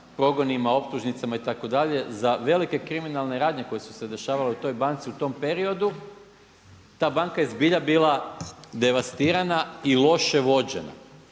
progonima, optužnicama itd. za velike kriminalne radnje koje su se dešavale u toj banci u tom periodu. Ta banka je zbilja bila devastirana i loše vođena.